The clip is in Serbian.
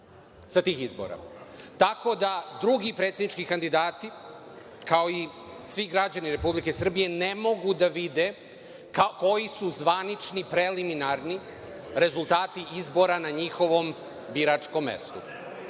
sa tih izbora, tako da drugi predsednički kandidati, kao i svi građani Republike Srbije, ne mogu da vide koji su zvanični preliminarni rezultati izbora na njihovom biračkom mestu.